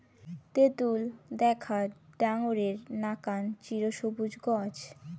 তেতুল দ্যাখ্যাত ডাঙরের নাকান চিরসবুজ গছ